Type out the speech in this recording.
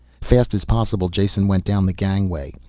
fast as possible, jason went down the gangway.